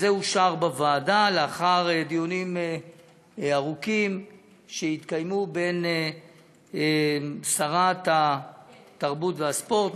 וזה אושר בוועדה לאחר דיונים ארוכים שהתקיימו בין שרת התרבות והספורט,